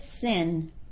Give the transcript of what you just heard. sin